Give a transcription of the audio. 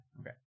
Okay